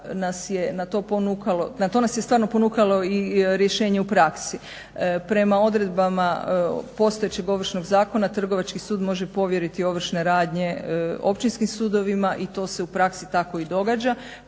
na to nas je stvarno ponukalo i rješenje u praksi. Prema odredbama postojećeg Ovršnog zakona Trgovački sud može povjeriti ovršne radnje Općinskim sudovima i to se u praksi tako i događa,